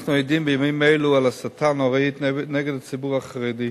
אנחנו עדים בימים אלה להסתה נוראית נגד הציבור החרדי.